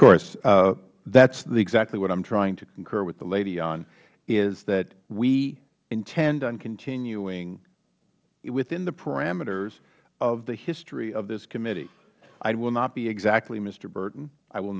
course that is exactly what i am trying to concur with the lady on is that we intend on continuing within the parameters of the history of this committee i will not be exactly mr hburton i will